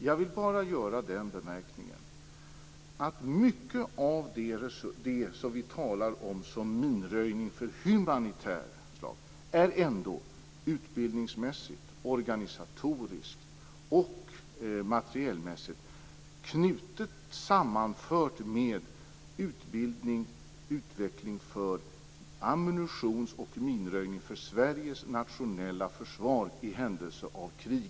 Jag vill bara göra den bemärkningen att mycket av det som vi talar om som minröjning av humanitärt slag ändå är utbildningsmässigt, organisatoriskt och materielmässigt knutet och sammanfört med utbildning och utveckling för ammunitions och minröjningsverksamhet för Sveriges nationella försvar i händelse av krig.